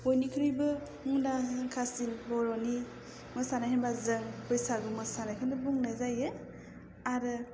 बयनिख्रुइबो मुंदांखासिन बर'नि मोसानाय होनोब्ला जों बैसागु मोसानायखौनो बुंनाय जायो आरो